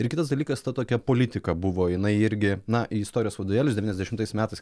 ir kitas dalykas ta tokia politika buvo jinai irgi na į istorijos vadovėlius devyniasdešimtais metais